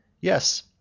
Yes